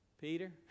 Peter